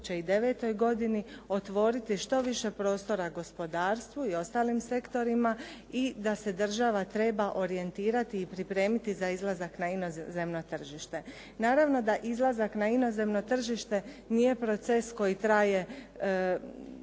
godini otvoriti što više prostora gospodarstvu i ostalim sektorima i da se država treba orijentirati i pripremiti za izlazak na inozemno tržište. Naravno da izlazak na inozemno tržište nije proces koji traje